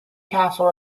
castle